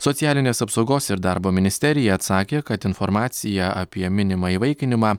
socialinės apsaugos ir darbo ministerija atsakė kad informacija apie minimą įvaikinimą